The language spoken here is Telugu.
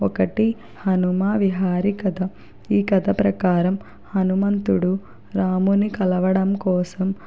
ఒకటి హనుమా విహారి కథ ఈ కథ ప్రకారం హనుమంతుడు రాముని కలవడం కోసం